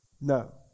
No